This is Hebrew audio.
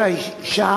אדוני השר.